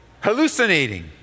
Hallucinating